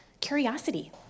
Curiosity